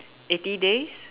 eighty days